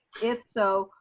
if so,